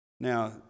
Now